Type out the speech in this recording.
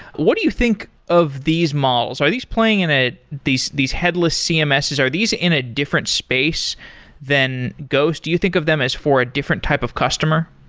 what do you think of these models? are these playing in ah these these headless cms's, are these in a different space than ghost? do you think of them as for a different type of customer?